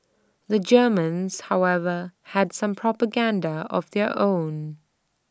the Germans however had some propaganda of their own